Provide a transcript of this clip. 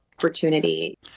opportunity